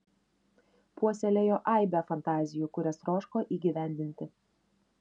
puoselėjo aibę fantazijų kurias troško įgyvendinti